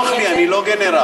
אני, נוח לי, אני לא גנרל.